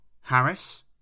Harris